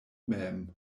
mem